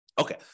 Okay